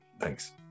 Thanks